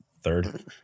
third